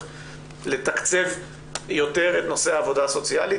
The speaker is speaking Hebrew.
לתקצב יותר את נושא העבודה הסוציאלית,